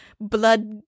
blood